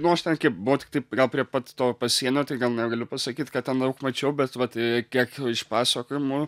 nu aš ten buvo tiktai gal prie pat to pasienio tai gal negaliu pasakyt kad ten daug mačiau bet vat kiek iš pasakojimų